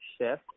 chef